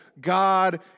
God